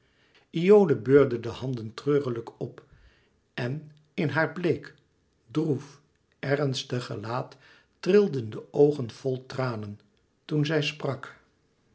iole beurde de handen treurelijk op en in haar bleek droef ernstig gelaat trilden de oogen vol tranen toen zij sprak